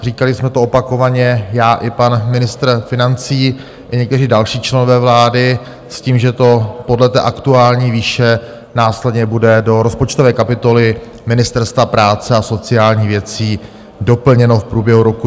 Říkali jsme to opakovaně, já i pan ministr financí i někteří další členové vlády, s tím, že to podle té aktuální výše následně bude do rozpočtové kapitoly Ministerstva práce a sociálních věcí doplněno v průběhu roku 2023.